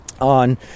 on